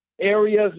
areas